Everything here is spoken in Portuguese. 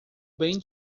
bem